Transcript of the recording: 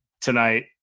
tonight